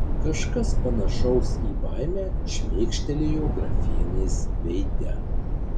kažkas panašaus į baimę šmėkštelėjo grafienės veide